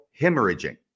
hemorrhaging